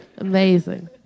Amazing